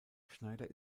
schneider